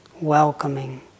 welcoming